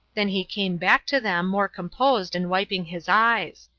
then he came back to them more composed and wiping his eyes.